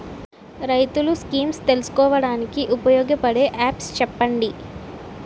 రైతులు స్కీమ్స్ తెలుసుకోవడానికి ఉపయోగపడే యాప్స్ చెప్పండి?